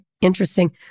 interesting